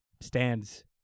stands